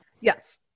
Yes